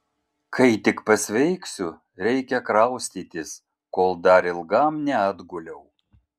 kai tik pasveiksiu reikia kraustytis kol dar ilgam neatguliau